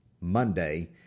Monday